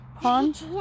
pond